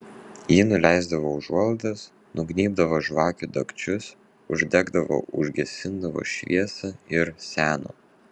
ji nuleisdavo užuolaidas nugnybdavo žvakių dagčius uždegdavo užgesindavo šviesą ir seno